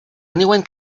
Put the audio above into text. anyone